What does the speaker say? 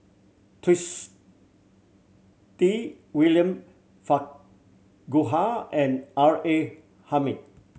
Twisstii William Farquhar and R A Hamid